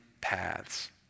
paths